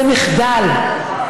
זה מחדל.